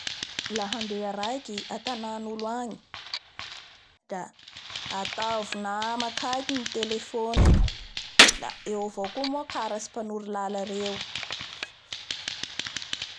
Laha handeha raiky atana'olo agny da ataovy nama akaiaky ny telephone ee!da eo avao koa moa karatsy maponoro lala reo.